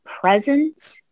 present